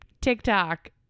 tiktok